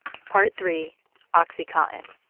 part three oxycontin